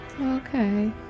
Okay